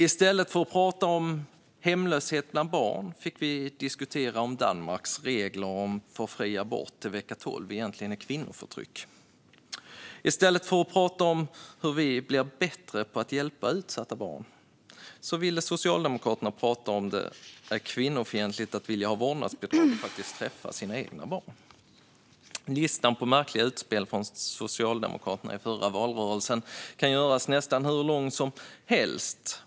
I stället för att prata om hemlöshet bland barn fick vi diskutera om Danmarks regler för fri abort till vecka 12 egentligen är kvinnoförtryck. I stället för att prata om hur vi blir bättre på att hjälpa utsatta barn ville Socialdemokraterna diskutera om det är kvinnofientligt att vilja ha vårdnadsbidrag och faktiskt träffa sina egna barn. Listan på märkliga utspel från Socialdemokraterna i förra valrörelsen kan göras nästan hur lång som helst.